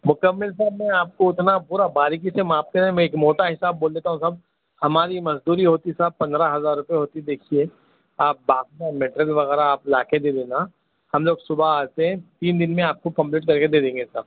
مکمل سر میں آپ کو اتنا پورا باریکی سے ناپتے ہیں میں اِک موٹا حساب بول دیتا ہوں صاحب ہماری مزدوری ہوتی صاحب پندرہ ہزار روپیے ہوتی دیکھیے آپ باقی کا میٹریل وغیرہ آپ لا کے دے دینا ہم لوگ صُبح سے تین دِن میں آپ کو کمپلیٹ کر کے دے دیں گے صاحب